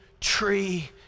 tree